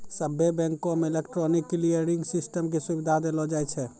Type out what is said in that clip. सभ्भे बैंको मे इलेक्ट्रॉनिक क्लियरिंग सिस्टम के सुविधा देलो जाय छै